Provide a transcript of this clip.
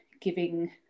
giving